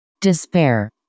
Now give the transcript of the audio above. Despair